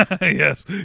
Yes